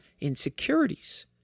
insecurities